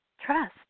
Trust